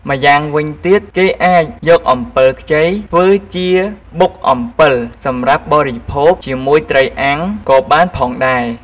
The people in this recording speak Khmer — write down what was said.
ម្យ៉ាងវិញទៀត គេអាចយកអំពិលខ្ចីធ្វើជាបុកអំពិលសម្រាប់បរិភោគជាមួយត្រីអាំងក៏បានផងដែរ។